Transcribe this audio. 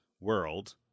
world